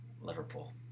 Liverpool